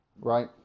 right